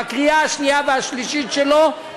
בקריאה השנייה והשלישית שלו,